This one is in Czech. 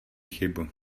chybu